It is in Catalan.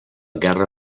guerra